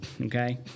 okay